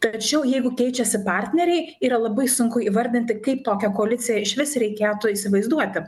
tačiau jeigu keičiasi partneriai yra labai sunku įvardinti kaip tokią koaliciją išvis reikėtų įsivaizduoti